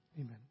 Amen